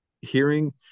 hearing